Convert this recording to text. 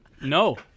No